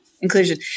inclusion